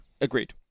Agreed